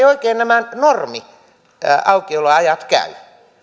oikein nämä normiaukioloajat käy